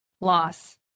loss